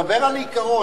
דבר על העיקרון.